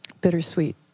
bittersweet